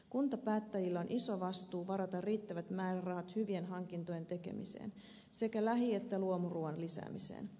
kuntapäättäjillä on iso vastuu varata riittävät määrärahat hyvien hankintojen tekemiseen sekä lähi ja luomuruuan lisäämiseen